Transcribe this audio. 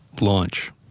Launch